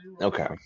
Okay